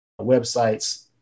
websites